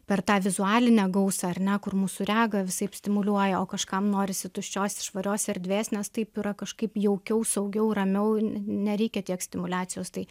per tą vizualinę gausą ar ne kur mūsų regą visaip stimuliuoja o kažkam norisi tuščios švarios erdvės nes taip yra kažkaip jaukiau saugiau ramiau nereikia tiek stimuliacijos tai